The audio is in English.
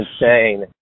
insane